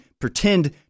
pretend